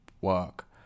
work